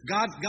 God